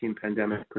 pandemic